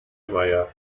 meier